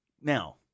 Now